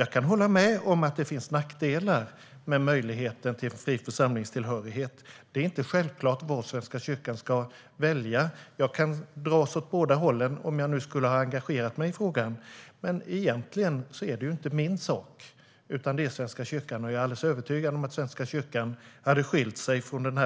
Jag kan hålla med om att det finns nackdelar med möjligheten till fri församlingstillhörighet. Det är inte självklart vad Svenska kyrkan ska välja. Jag kan dras åt båda hållen, om jag nu skulle ha engagerat mig i frågan. Men egentligen är det inte min sak, utan det är Svenska kyrkans sak. Jag är alldeles övertygad om att Svenska kyrkan hade skilt sig från